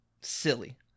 silly